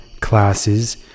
classes